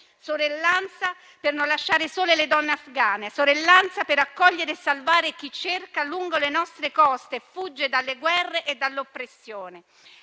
Sorellanza per non lasciare sole le donne afghane; sorellanza per accogliere e salvare chi arriva lungo le nostre coste e fugge dalle guerre e dall'oppressione.